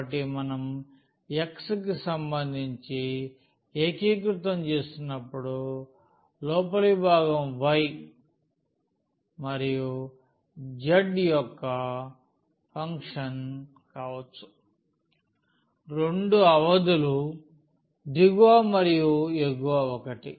కాబట్టి మనం x కి సంబంధించి ఏకీకృతం చేస్తున్నప్పుడు లోపలి భాగం y మరియు z యొక్క ఫంక్షన్ కావచ్చు రెండు అవధులు దిగువ మరియు ఎగువ ఒకటి